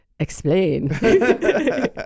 Explain